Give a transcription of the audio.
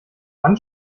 wann